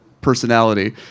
personality